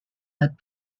had